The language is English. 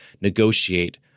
negotiate